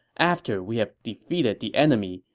after we have defeated the enemy,